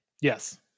Yes